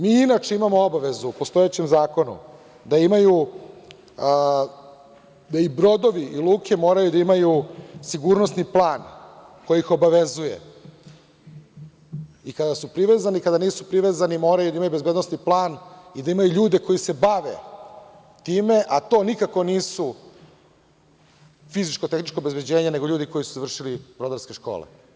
Mi inače imamo obavezu u postojećem Zakonu da i brodovi i luke moraju da imaju sigurnosni plan koji ih obavezuje, i kada su privezani i kada nisu privezani moraju da imaju bezbednosni plan i da imaju ljude koji se bave time, a to nikako nije fizičko-tehničko obezbeđenje, nego ljudi koji su završili brodarske škole.